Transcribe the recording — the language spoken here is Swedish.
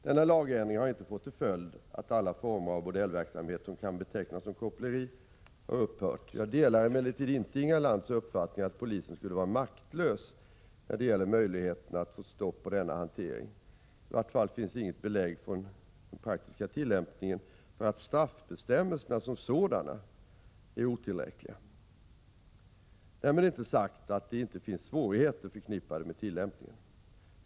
Denna lagändring har inte fått till följd att alla former av bordellverksamhet som kan betecknas som koppleri har upphört. Jag delar emellertid inte Inga Lantz uppfattning att polisen skulle vara maktlös när det gäller möjligheterna att få stopp på denna hantering. I vart fall finns inget belägg från den praktiska tillämpningen för att straffbestämmelserna som sådana är otillräckliga. Därmed är inte sagt att det inte finns svårigheter förknippade med tillämpningen.